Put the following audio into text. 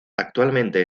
actualmente